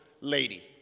lady